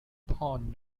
pound